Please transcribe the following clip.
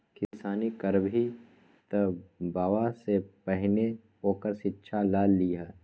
किसानी करबही तँ बबासँ पहिने ओकर शिक्षा ल लए